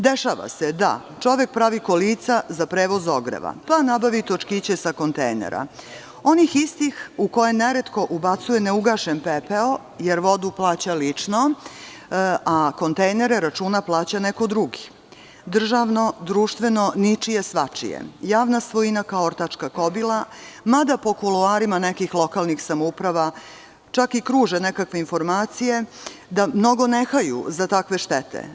Dešava se da čovek pravi kolica za prevoz ogreva, pa nabavi točkiće sa kontejnera, onih istih u koje neretko ubacuje neugašen pepeo jer vodu plaća lično, a kontejnere plaća neko drugi, državno, društveno, ničije, svačije, javna svojina kao ortačka kobila, mada po kuloarima nekih lokalnih samouprava čak i kruže nekakve informacije da ne haju mnogo za takve štete.